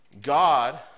God